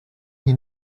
hier